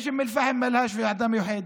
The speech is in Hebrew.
יש הרבה עבירות שהן לא מפוענחות.